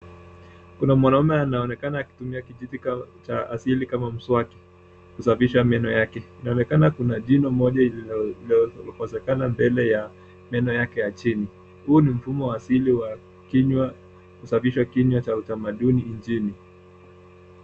Kuna mwanaume anaonekana akitumia kijiti cha asili kama mswaki kusafisha meno yake. Inaonekana kuna jino moja lililokosekana mbele ya meno yake chini. Huu ni mfumo wa asili wa kinywa, kusafisha kinywa cha utamaduni nchini.